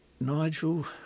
Nigel